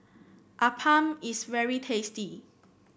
appam is very tasty